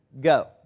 go